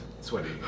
sweaty